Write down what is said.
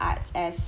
arts as